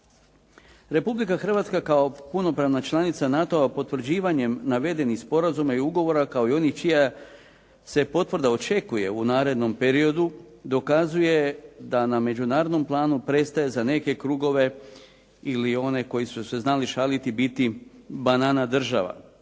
Republika Hrvatska kao punopravna članica NATO-a potvrđivanjem navedenih sporazuma i ugovora, kao i onih čija se potvrda očekuje u narednom periodu, dokazuje da na međunarodnom planu prestaje za neke krugove ili one koji su se znali šaliti biti banana država.